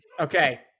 Okay